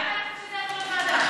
מה הבעיה שזה יעבור לוועדה?